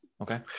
Okay